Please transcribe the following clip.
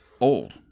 old